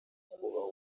kubaha